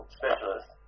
specialist